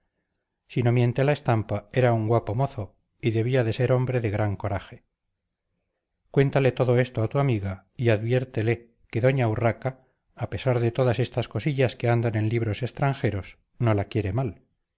si no miente la estampa era un guapo mozo y debía de ser hombre de gran coraje cuéntale todo esto a tu amiga y adviértele que doña urraca a pesar de todas estas cosillas que andan en libros extranjeros no la quiere mal